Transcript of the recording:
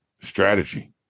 Strategy